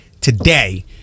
today